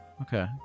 Okay